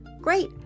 Great